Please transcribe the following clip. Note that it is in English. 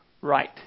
right